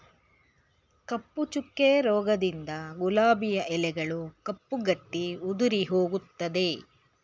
ಕಪ್ಪು ಚುಕ್ಕೆ ರೋಗದಿಂದ ಗುಲಾಬಿಯ ಎಲೆಗಳು ಕಪ್ಪು ಗಟ್ಟಿ ಉದುರಿಹೋಗುತ್ತದೆ